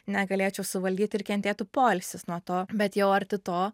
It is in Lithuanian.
negalėčiau suvaldyti ir kentėtų poilsis nuo to bet jau arti to